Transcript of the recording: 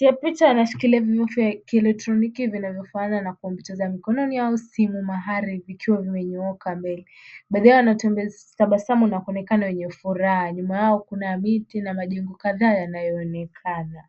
ya picha wanashikilia vifaa vya kielektroniki vinavyofanana na kompyuta za mkononi au simu mahari vikiwa vimenyooka mbele. Baadhi yao wanatabasamu na kuonekana wenye furaha. Nyuma yao kuna miti na majengo kadhaa yanayoonekana.